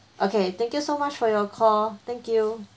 okay thank you so much for your call thank you